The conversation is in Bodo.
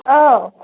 औ